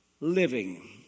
living